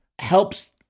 helps